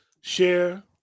share